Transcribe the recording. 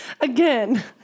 Again